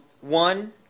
One